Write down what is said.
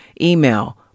email